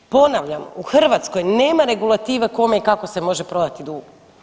Ponavljam, u Hrvatskoj nema regulative kome i kako se može prodati dug.